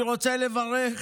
אני רוצה לברך